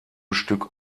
stück